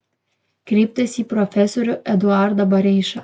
kreiptasi į profesorių eduardą bareišą